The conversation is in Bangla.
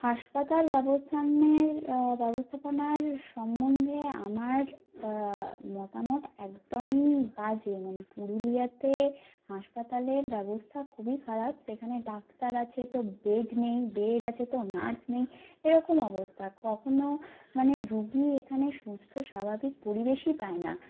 হাসপাতাল ব্যবস্থা নিয়ে ব্যবস্থাপনা সম্বন্ধে আমার মতামত একদমই বাজে মানে পুরুলিয়াতে হাসপাতালের ব্যবস্থা খুবই খারাপ যেখানে ডাক্তার আছে তো বেড নেই বেড তো নার্স নেই এ রকম অবস্থা কখনো মানে রোগী এখানে সুস্থ স্বাভাবিক পরিবেশই পায় না